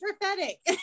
prophetic